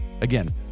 Again